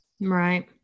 Right